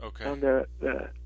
Okay